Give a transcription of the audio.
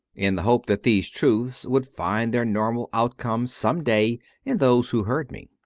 in the hope that these truths would find their normal outcome some day in those who heard me.